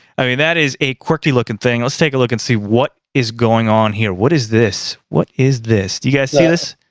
i mean that is a quirky looking thing. let's take a look and see what is going on here. what is this? what is this? do you guys see this?